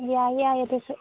ꯌꯥꯏ ꯌꯥꯏ ꯑꯗꯨꯁꯨ